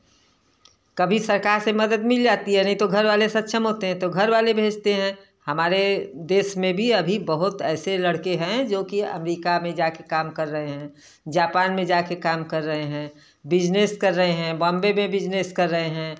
कभी सरकार से मदद मिल जाती है नहीं तो घर वाले सब सक्षम हैं तो घर वाले भेजते हैं हमारे देश में भी अभी बहुत ऐसे लड़के हैं जो कि अमरिका में जाकर काम कर रहे हैं जापान में जाकर काम कर रहे हैं बिजनेस कर रहे हैं बोम्बे में बिजनेस कर रहे हैं